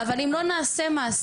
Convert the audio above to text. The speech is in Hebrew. אבל אם לא נעשה מעשה,